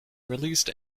released